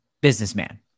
businessman